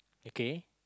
okay